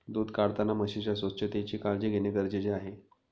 दूध काढताना म्हशीच्या स्वच्छतेची काळजी घेणे गरजेचे आहे